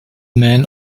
man